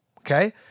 Okay